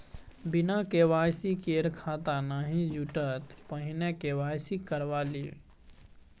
बिना के.वाई.सी केर खाता नहि खुजत, पहिने के.वाई.सी करवा लिअ